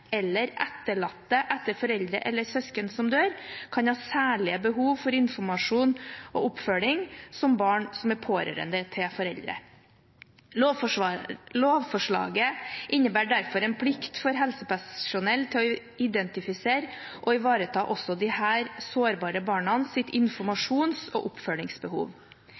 eller skade, eller etterlatte etter foreldre eller søsken som dør, kan ha særlige behov for informasjon og oppfølging som barn som er pårørende til foreldre. Lovforslaget innebærer derfor en plikt for helsepersonell til å identifisere og ivareta også disse sårbare barnas informasjons- og oppfølgingsbehov.